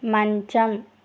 మంచం